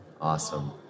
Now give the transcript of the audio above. Awesome